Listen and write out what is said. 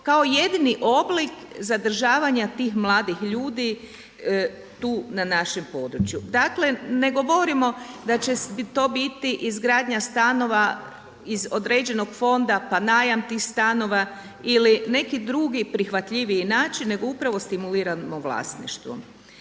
kao jedini oblik zadržavanja tih mladih ljudi tu na našem području. Dakle, ne govorimo da će to biti izgradnja stanova iz određenog fonda, pa najam tih stanova ili neki drugi prihvatljiviji način, nego upravo stimuliramo vlasništvo.